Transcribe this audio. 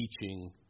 teaching